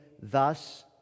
thus